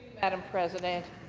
madam president.